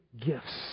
gifts